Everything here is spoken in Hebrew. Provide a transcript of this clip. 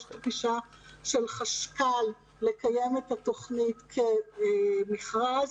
יש גישה של החשכ"ל לקיים את התוכנית כמכרז